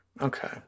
Okay